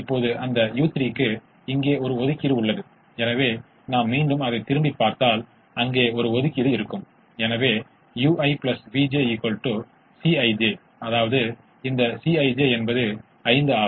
இப்போது அது உண்மையாக இருந்தால் பலவீனமான இரட்டைக் கோட்பாடு மீறப்படுகிறது ஏனெனில் இது ஒவ்வொன்றையும் கூறுகிறது இரட்டைக்கான சாத்தியமான தீர்வு அதிகமாகவோ அல்லது சமமாகவோ இருக்க வேண்டும்